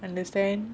understand